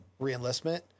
reenlistment